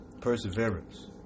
Perseverance